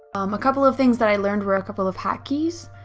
um a couple of things that i learned were a couple of hot keys,